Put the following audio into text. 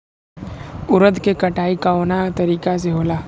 उरद के कटाई कवना तरीका से होला?